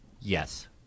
yes